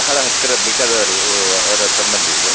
ಬಹಳ ಹತ್ತಿರ ಬೇಕಾದವರು ಅವರ ಸಂಬಂಧಿಗಳು